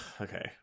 okay